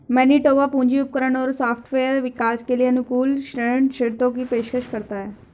Manitoba पूंजी उपकरण और सॉफ्टवेयर विकास के लिए अनुकूल ऋण शर्तों की पेशकश करता है